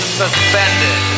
suspended